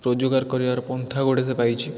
ରୋଜଗାର କରିବାର ପନ୍ଥା ଗୋଟେ ସେ ପାଇଛି